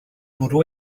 bwrw